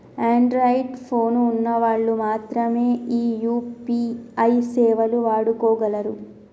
Android phone ఉన్న వాళ్ళు మాత్రమె ఈ యూ.పీ.ఐ సేవలు వాడుకోగలరు